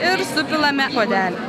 ir supilame į puodelį